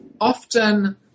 Often